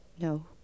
No